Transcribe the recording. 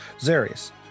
Zarius